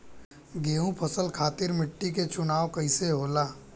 गेंहू फसल खातिर मिट्टी के चुनाव कईसे होला?